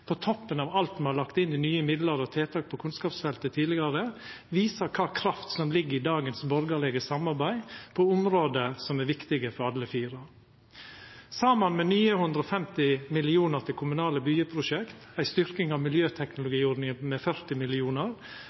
på toppen av alt me har lagt inn av nye midlar og tiltak på kunnskapsfeltet tidlegare, viser kva kraft som ligg i dagens borgarlege samarbeid på område som er viktige for alle fire. Saman med nye 150 mill. kr til kommunale byggjeprosjekt, ei styrking av miljøteknologiordninga med 40